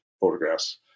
photographs